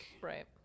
Right